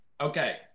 Okay